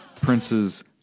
Prince's